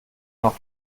noch